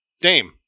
Dame